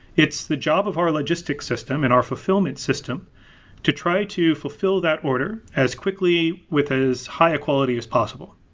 it's the job of our logistic system and our fulfillment system to try to fulfill that order as quickly with as high quality as possible.